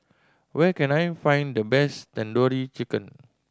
where can I find the best Tandoori Chicken